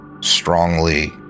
strongly